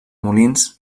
molins